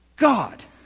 God